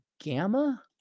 Gamma